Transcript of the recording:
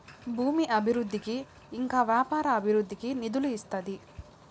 భూమి అభివృద్ధికి ఇంకా వ్యాపార అభివృద్ధికి నిధులు ఇస్తాది